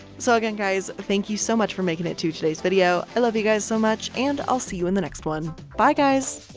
so again guys, thank you so much for making it to today's video. i love you guys so much and i'll see you in the next one, bye guys.